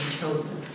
chosen